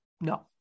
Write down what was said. no